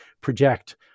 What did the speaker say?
project